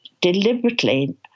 deliberately